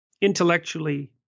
intellectually